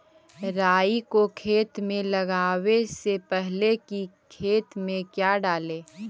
राई को खेत मे लगाबे से पहले कि खेत मे क्या डाले?